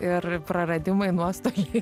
ir praradimai nuostoliai